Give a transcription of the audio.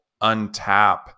untap